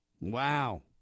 Wow